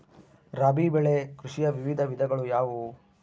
ರಾಬಿ ಬೆಳೆ ಕೃಷಿಯ ವಿವಿಧ ವಿಧಗಳು ಯಾವುವು?